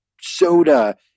soda